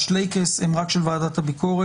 שהשלייקס הם רק של ועדת הביקורת,